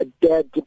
dead